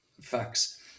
facts